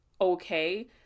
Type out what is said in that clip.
okay